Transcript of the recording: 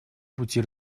пути